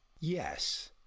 yes